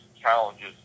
challenges